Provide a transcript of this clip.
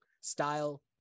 Style